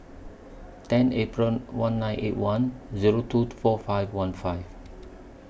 ten April one nine eight one Zero two to four five one five